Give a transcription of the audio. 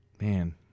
Man